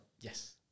Yes